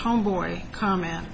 homeboy comment